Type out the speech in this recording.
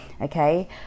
okay